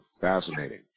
Fascinating